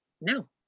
no